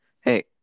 hey